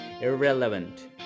irrelevant